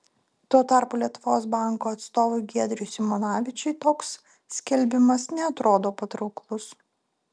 tuo tarpu lietuvos banko atstovui giedriui simonavičiui toks skelbimas neatrodo patrauklus